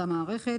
לאותה המערכת.